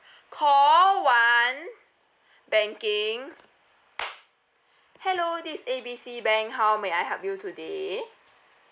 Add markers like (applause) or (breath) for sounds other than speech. (breath) call one (breath) banking hello this is A B C bank how may I help you today